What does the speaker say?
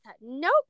nope